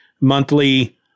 monthly